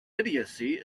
idiocy